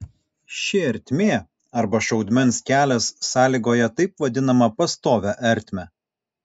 ši ertmė arba šaudmens kelias sąlygoja taip vadinamą pastovią ertmę